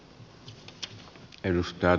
vai onko